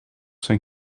zijn